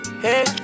Hey